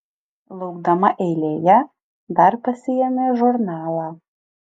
laukdama eilėje dar pasiėmė žurnalą